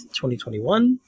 2021